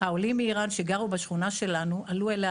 העולים מאירן שגרו בשכונה שלנו עלו אליה